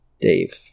Dave